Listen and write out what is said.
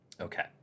Okay